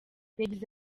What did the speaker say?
yagize